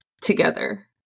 together